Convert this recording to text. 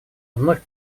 вновь